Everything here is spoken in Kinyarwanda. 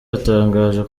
yatangaje